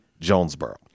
Jonesboro